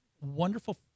wonderful